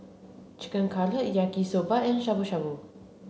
Chicken Cutlet Yaki Soba and Shabu shabu